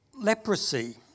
leprosy